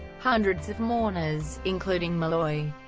hundreds of mourners, including malloy,